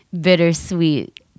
bittersweet